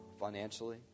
financially